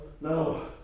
No